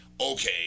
okay